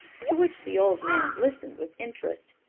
to which the old man listened with interest.